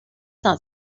not